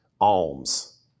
alms